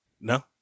No